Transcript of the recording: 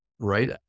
Right